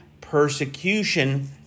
persecution